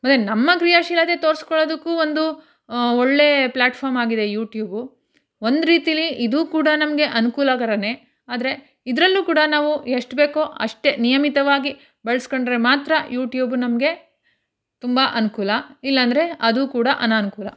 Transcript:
ಮತ್ತು ನಮ್ಮ ಕ್ರಿಯಾಶೀಲತೆ ತೋರ್ಸ್ಕೊಳ್ಳೋದಕ್ಕೂ ಒಂದು ಒಳ್ಳೆಯ ಪ್ಲ್ಯಾಟ್ಫಾರ್ಮಾಗಿದೆ ಯೂಟ್ಯೂಬು ಒಂದು ರೀತಿಲಿ ಇದೂ ಕೂಡ ನಮಗೆ ಅನುಕೂಲಕರವೇ ಆದರೆ ಇದರಲ್ಲೂ ಕೂಡ ನಾವು ಎಷ್ಟು ಬೇಕೋ ಅಷ್ಟೇ ನಿಯಮಿತವಾಗಿ ಬಳಸ್ಕೊಂಡ್ರೆ ಮಾತ್ರ ಯೂಟ್ಯೂಬ ನಮಗೆ ತುಂಬ ಅನುಕೂಲ ಇಲ್ಲ ಅಂದ್ರೆ ಅದು ಕೂಡ ಅನಾನುಕೂಲ